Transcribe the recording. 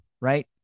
right